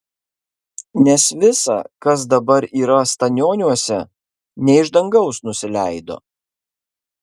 nes visa kas dabar yra stanioniuose ne iš dangaus nusileido